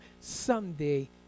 someday